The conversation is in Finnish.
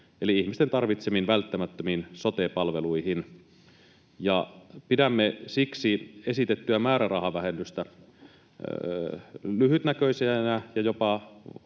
eli ihmisten tarvitsemiin välttämättömiin sote-palveluihin. Siksi pidämme esitettyä määrärahavähennystä lyhytnäköisenä ja jopa